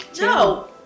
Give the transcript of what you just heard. No